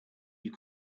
you